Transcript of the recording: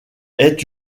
est